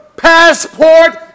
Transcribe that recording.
passport